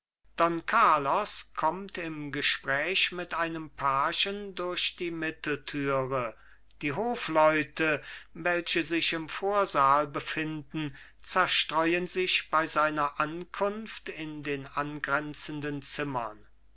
don carlos kommt im gespräche mit einem pagen durch die mitteltüre die hofleute welche sich im vorsaal befinden zerstreuen sich bei seiner ankunft in den angrenzenden zimmern